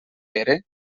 pere